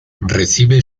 recibe